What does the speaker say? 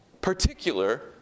particular